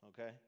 okay